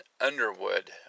Underwood